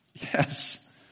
yes